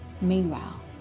Meanwhile